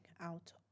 out